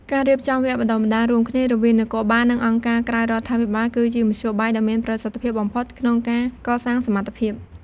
ការរៀបចំវគ្គបណ្ដុះបណ្ដាលរួមគ្នារវាងនគរបាល និងអង្គការក្រៅរដ្ឋាភិបាល គឺជាមធ្យោបាយដ៏មានប្រសិទ្ធភាពបំផុតក្នុងការកសាងសមត្ថភាព។